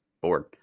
bored